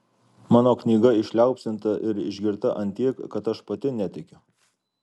mano knyga išliaupsinta ir išgirta ant tiek kad aš pati netikiu